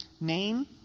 name